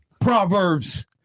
Proverbs